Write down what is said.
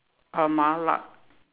uh mala